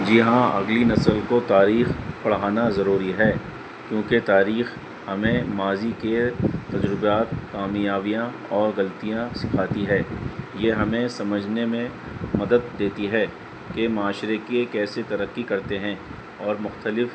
جی ہاں اگلی نسل کو تاریخ پڑھانا ضروری ہے کیونکہ تاریخ ہمیں ماضی کے تجربات کامیابیاں اور غلطیاں سکھاتی ہے یہ ہمیں سمجھنے میں مدد دیتی ہے کہ معاشرے کی کیسے ترقی کرتے ہیں اور مختلف